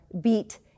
beat